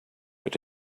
but